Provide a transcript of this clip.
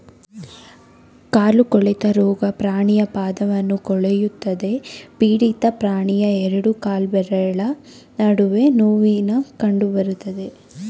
ಕಾಲು ಕೊಳೆತ ರೋಗ ಪ್ರಾಣಿಯ ಪಾದವನ್ನು ಕೊಳೆಯುತ್ತದೆ ಪೀಡಿತ ಪ್ರಾಣಿಯ ಎರಡು ಕಾಲ್ಬೆರಳ ನಡುವೆ ನೋವಿನ ಕಂಡಬರುತ್ತೆ